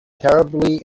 terribly